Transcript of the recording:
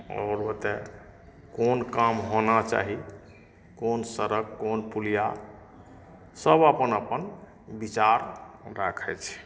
आओर ओतय कोन काम होना चाही कोन सड़क कोन पुलिया सब अपन अपन विचार राखै छै